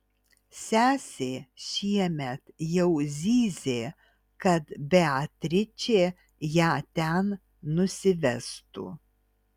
sesė šiemet jau zyzė kad beatričė ją ten nusivestų